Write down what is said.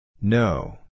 No